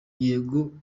yego